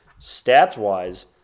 stats-wise